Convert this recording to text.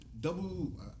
double